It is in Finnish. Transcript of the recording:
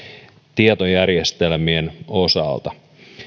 tietojärjestelmien osalta